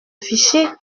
fichez